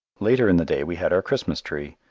later in the day we had our christmas tree,